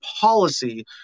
policy